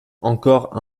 encore